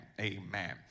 Amen